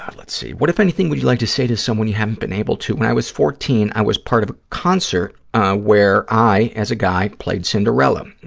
let's see. what, if anything, would you like to say to someone you haven't been able to? when i was fourteen, i was part of a concert where i, as a guy, played cinderella.